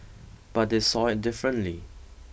but they saw it differently